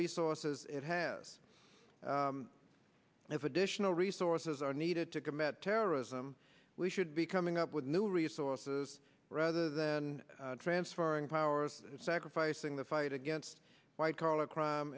resources it has and if additional resources are needed to combat terrorism we should be coming up with new resources rather than transferring powers sacrificing the fight against white collar crime